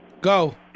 Go